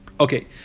Okay